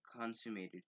consummated